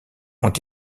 ont